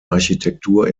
architektur